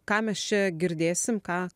ką mes čia girdėsim ką